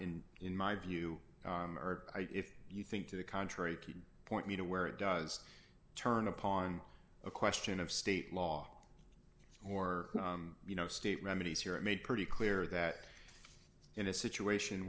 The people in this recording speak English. in in my view or if you think to the contrary to point me to where it does turn upon a question of state law or you know state remedies here it made pretty clear that in a situation